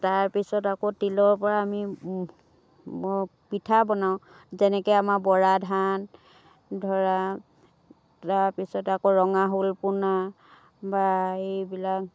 তাৰপিছত আকৌ তিলৰ পৰা আমি মই পিঠা বনাওঁ যেনেকৈ আমাৰ বৰা ধান ধৰা তাৰপিছত আকৌ ৰঙা শলপোনা বা এইবিলাক